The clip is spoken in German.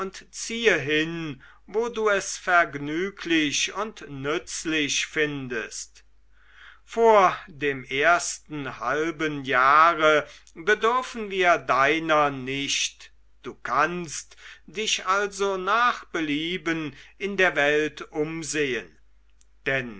ziehe hin wo du es vergnüglich und nützlich findest vor dem ersten halben jahre bedürfen wir deiner nicht du kannst dich also nach belieben in der welt umsehen denn